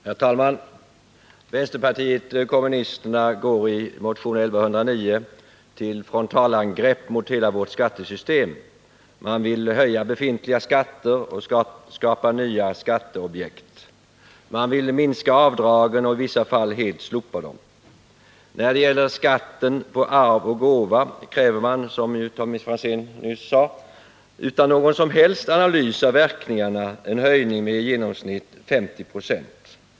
Herr talman! Vänsterpartiet kommunisterna går i motion 1109 till frontalangrepp mot hela vårt skattesystem. Man vill höja befintliga skatter och skapa nya skatteobjekt. man vill minska avdragen och i vissa fall helt slopa dem. När det gäller skatten på arv och gåvor kräver man, som Tommy Franzén nyss sade, utan någon som helst analys av verkningarna en höjning med i genomsnitt 50 96.